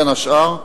בין השאר,